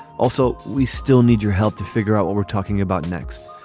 also, we still need your help to figure out what we're talking about next.